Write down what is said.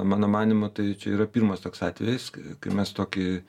mano manymu tai čia yra pirmas toks atvejis kai mes tokį